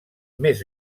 més